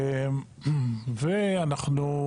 ואנחנו,